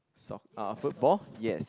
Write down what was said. soc~ uh football yes